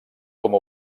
com